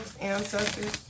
ancestors